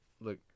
look